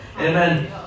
Amen